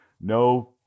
no